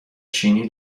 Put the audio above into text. چینی